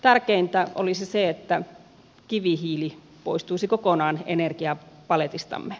tärkeintä olisi se että kivihiili poistuisi kokonaan energiapaletistamme